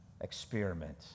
experiment